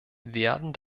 werden